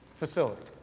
facility.